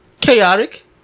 chaotic